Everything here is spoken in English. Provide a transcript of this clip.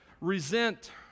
resent